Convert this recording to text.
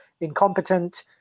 incompetent